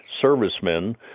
servicemen